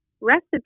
recipe